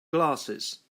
glasses